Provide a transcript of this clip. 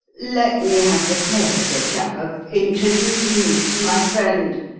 let me have the pleasure, dear chap, of introducing you to my friend,